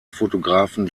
fotografen